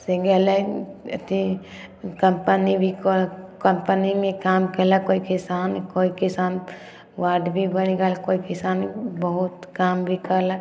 से गेलै अथी कम्पनी भी कम्पनीमे काम कएलक कोइ किसान कोइ किसान वार्ड भी बनि गेल कोइ किसान बहुत काम भी कएलक